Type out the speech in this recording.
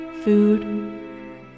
Food